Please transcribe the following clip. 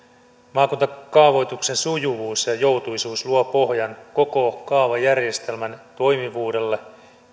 maakuntakaavoituksen sujuvuus ja joutuisuus luo pohjan koko kaavajärjestelmän toimivuudelle